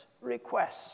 requests